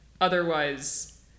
Otherwise